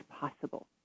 possible